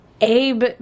Abe